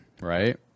right